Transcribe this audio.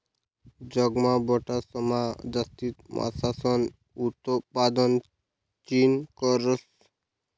जगमा बठासमा जास्ती मासासनं उतपादन चीन करस